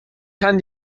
kann